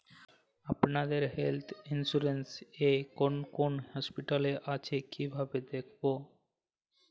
আপনাদের health insurance এ কোন কোন হসপিটাল আছে কিভাবে দেখবো?